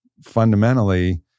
fundamentally